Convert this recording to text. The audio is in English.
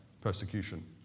persecution